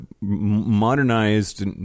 modernized